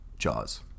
Jaws